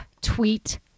tweet